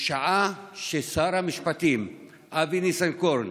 בשעה ששר המשפטים אבי ניסנקורן